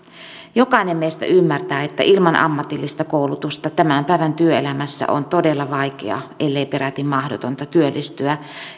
jokainen meistä ymmärtää että ilman ammatillista koulutusta tämän päivän työelämässä on todella vaikea ellei peräti mahdotonta työllistyä